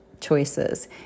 choices